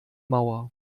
mauer